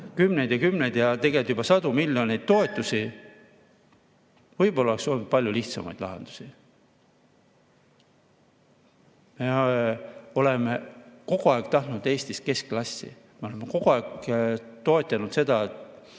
kümneid ja kümneid või tegelikult juba sadu miljoneid toetusi – võib-olla oleks olnud palju lihtsamaid lahendusi. Me oleme kogu aeg tahtnud Eestis keskklassi. Me oleme kogu aeg toetanud seda, et